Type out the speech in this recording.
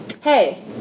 hey